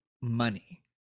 money